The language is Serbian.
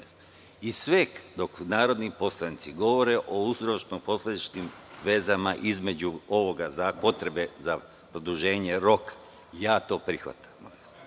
Sve dok narodni poslanici govore o uzročno posledičnim vezama između potrebe za produženje roka, ja to prihvatam.